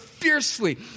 fiercely